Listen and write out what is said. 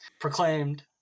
proclaimed